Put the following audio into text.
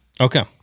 Okay